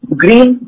green